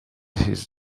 his